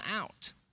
out